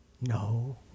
No